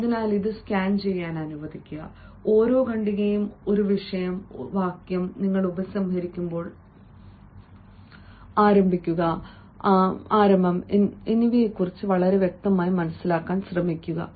അതിനാൽ ഇത് സ്കാൻ ചെയ്യാൻ അനുവദിക്കുക ഓരോ ഖണ്ഡികയും ഒരു വിഷയം വാക്യം നിങ്ങൾ ഉപസംഹരിക്കുമ്പോൾ ആരംഭിക്കുക